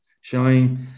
showing